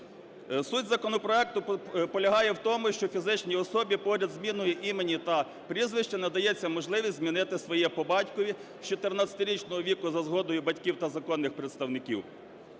Суть законопроекту полягає в тому, що фізичній особі поряд з зміною імені та прізвища надається можливість змінити своє по батькові з 14-річного віку за згодою батьків та законних представників.